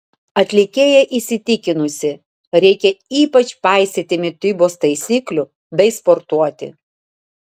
atlikėja įsitikinusi reikia ypač paisyti mitybos taisyklių bei sportuoti